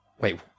wait